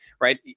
right